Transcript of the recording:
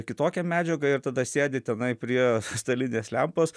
kitokią medžiagą ir tada sėdi tenai prie stalinės lempos